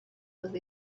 with